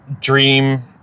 dream